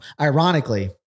ironically